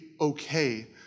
okay